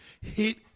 Hit